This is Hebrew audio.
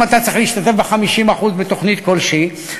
אם אתה צריך להשתתף ב-50% בתוכנית כלשהי,